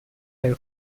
del